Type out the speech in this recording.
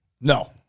no